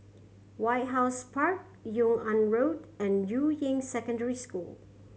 White House Park Yung An Road and Yuying Secondary School